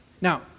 Now